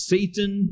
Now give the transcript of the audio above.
Satan